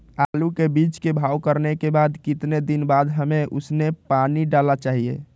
आलू के बीज के भाव करने के बाद कितने दिन बाद हमें उसने पानी डाला चाहिए?